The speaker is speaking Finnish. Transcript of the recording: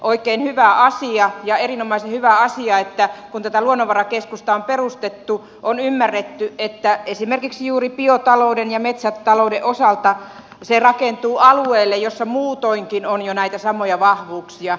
oikein hyvä asia ja erinomaisen hyvä asia että kun tätä luonnonvarakeskusta on perustettu on ymmärretty että esimerkiksi juuri biotalouden ja metsätalouden osalta se rakentuu alueelle jolla muutoinkin on jo näitä samoja vahvuuksia